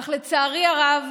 אך לצערי הרב,